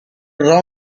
round